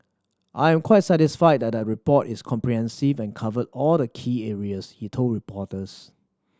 I am quite satisfied that the report is comprehensive and covered all the key areas he told reporters